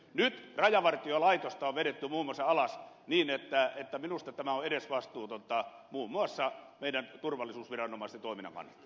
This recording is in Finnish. nyt rajavartiolaitosta on vedetty muun muassa alas niin että minusta tämä on edesvastuutonta muun muassa meidän turvallisuusviranomaisten toimin on